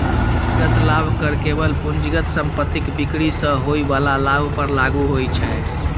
पूंजीगत लाभ कर केवल पूंजीगत संपत्तिक बिक्री सं होइ बला लाभ पर लागू होइ छै